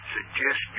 Suggest